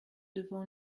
devant